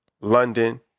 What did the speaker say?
London